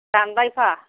दानबायफा